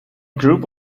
group